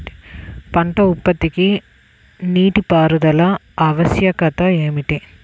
పంట ఉత్పత్తికి నీటిపారుదల ఆవశ్యకత ఏమిటీ?